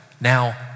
Now